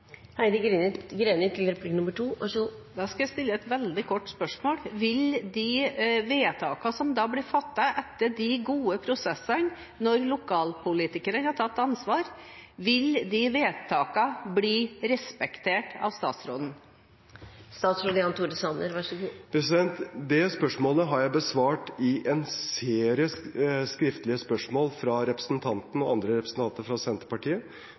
Da skal jeg stille et veldig kort spørsmål. Vil de vedtakene som da blir fattet etter de gode prosessene når lokalpolitikere har tatt ansvar, bli respektert av statsråden? Det spørsmålet har jeg besvart i en serie skriftlige spørsmål fra representanten og andre representanter fra Senterpartiet.